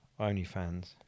OnlyFans